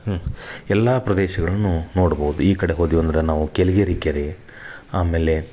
ಹ್ಞೂ ಎಲ್ಲ ಪ್ರದೇಶಗಳನ್ನು ನೋಡ್ಬೋದು ಈ ಕಡೆ ಹೋದ್ವಿ ಅಂದ್ರೆ ನಾವು ಕೆಳಿಗೇರಿ ಕೆರೆ ಆಮೇಲೆ